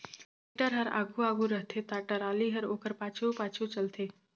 tractor हर आघु आघु रहथे ता टराली हर ओकर पाछू पाछु चलथे